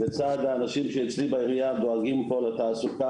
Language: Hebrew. לצד האנשים שאצלי בעירייה דואגים לתעסוקה.